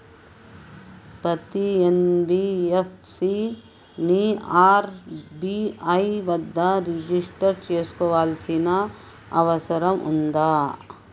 పత్తి ఎన్.బి.ఎఫ్.సి ని ఆర్.బి.ఐ వద్ద రిజిష్టర్ చేసుకోవాల్సిన అవసరం ఉందా?